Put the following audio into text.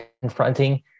confronting